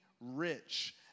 rich